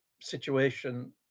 situation